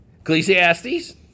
ecclesiastes